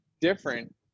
different